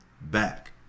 back